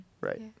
right